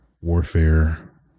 warfare